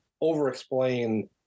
over-explain